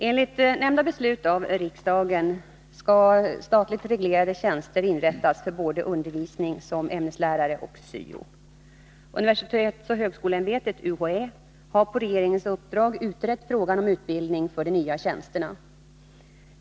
Universitetsoch högskoleämbetet har på regeringens uppdrag utrett frågan om utbildningen för de nya tjänsterna.